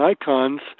icons